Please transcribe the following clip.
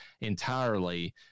entirely